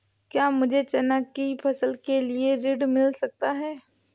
क्या मुझे चना की फसल के लिए ऋण मिल सकता है?